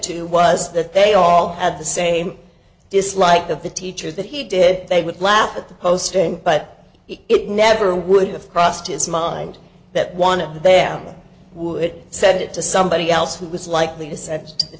to was that they all at the same dislike of the teacher that he did they would laugh at the posting but it never would have crossed his mind that one of them would send it to somebody else who was likely